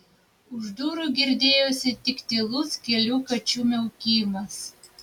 už durų girdėjosi tik tylus kelių kačių miaukimas